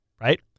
right